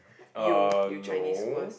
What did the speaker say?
you you Chinese worst